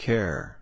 Care